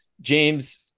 James